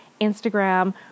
Instagram